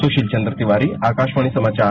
सुशील चंद्र तिवारी आकाशवाणी समाचार लखनऊ